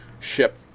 ship